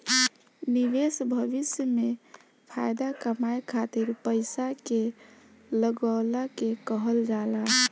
निवेश भविष्य में फाएदा कमाए खातिर पईसा के लगवला के कहल जाला